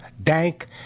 Dank